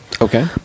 Okay